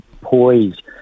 poised